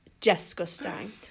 Disgusting